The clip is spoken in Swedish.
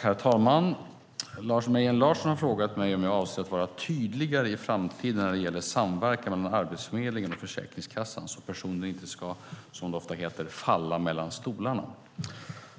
Herr talman! Lars Mejern Larsson har frågat mig om jag avser att vara tydligare i framtiden när det gäller samverkan mellan Arbetsförmedlingen och Försäkringskassan så att personer, som det ofta heter, inte ska falla mellan stolarna.